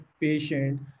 patient